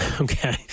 Okay